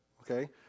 Okay